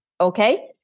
Okay